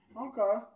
okay